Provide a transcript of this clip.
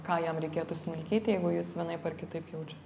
ką jam reikėtų smilkyti jeigu jis vienaip ar kitaip jaučiasi